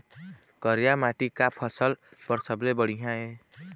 करिया माटी का फसल बर सबले बढ़िया ये?